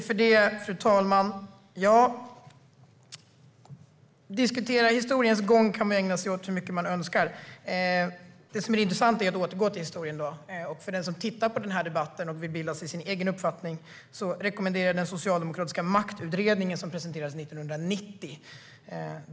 Fru talman! Att diskutera historiens gång kan man ägna sig åt så mycket man önskar. Det som är intressant är att återgå till historien, och för den som tittar på den här debatten och vill bilda sig en egen uppfattning rekommenderar jag den socialdemokratiska Maktutredningen som presenterades 1990.